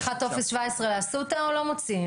לך טופס 17 לאסותא או לא מוציאים?